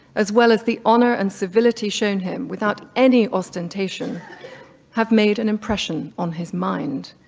as well as the honor and civility shown him without any ostentation have made an impression on his mind.